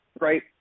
Right